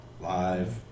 Live